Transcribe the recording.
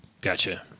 Gotcha